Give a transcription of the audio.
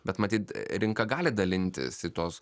bet matyt rinka gali dalintis į tuos